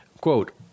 Quote